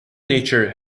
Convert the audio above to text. nature